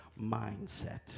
mindset